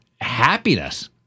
happiness